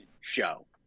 show